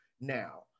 now